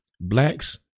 blacks